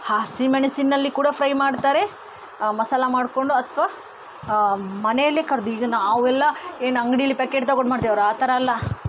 ಹ ಹಸಿಮೆಣಸಿನಲ್ಲಿ ಕೂಡ ಫ್ರೈ ಮಾಡ್ತಾರೆ ಮಸಾಲೆ ಮಾಡಿಕೊಂಡು ಅಥವಾ ಮನೆಯಲ್ಲೆ ಕಡೆದು ಈಗ ನಾವೆಲ್ಲ ಏನು ಅಂಗಡಿಯಲ್ಲಿ ಪ್ಯಾಕೆಟ್ ತೊಗೊಂಡು ಮಾಡ್ತಿವಿ ಅವ್ರು ಆ ಥರ ತರ ಅಲ್ಲ